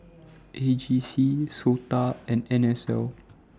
A G C Sota and N S L